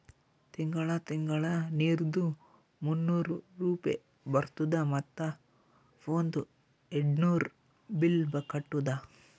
ತಿಂಗಳ ತಿಂಗಳಾ ನೀರ್ದು ಮೂನ್ನೂರ್ ರೂಪೆ ಬರ್ತುದ ಮತ್ತ ಫೋನ್ದು ಏರ್ಡ್ನೂರ್ ಬಿಲ್ ಕಟ್ಟುದ